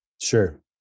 Sure